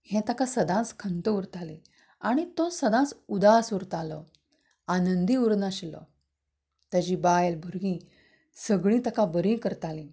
ही ताका सदांच खंत उरताली आनी तो सदांच उदास उरतालो आनंदी उरनाशिल्लो ताजी बायल भुरगीं सगळीं ताका बरीं करतालीं